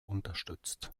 unterstützt